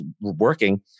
working